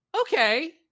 Okay